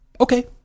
Okay